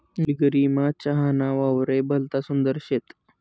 निलगिरीमा चहा ना वावरे भलता सुंदर शेत